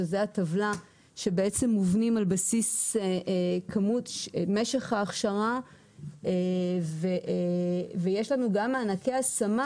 שזה הטבלה שבעצם מובנים על בסיס משך ההכשרה ויש לנו גם מענקי השמה